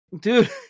dude